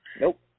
Nope